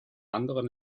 anderen